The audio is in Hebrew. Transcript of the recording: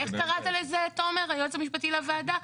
איך קראת לזה תומר, היועץ המשפטי לוועדה?